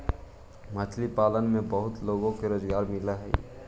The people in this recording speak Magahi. मछली पालन से बहुत लोगों को रोजगार मिलअ हई